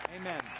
Amen